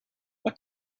what